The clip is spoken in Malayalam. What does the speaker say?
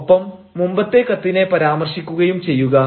ഒപ്പം മുമ്പത്തെ കത്തിനെ പരാമർശിക്കുകയും ചെയ്യുക